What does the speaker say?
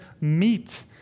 meet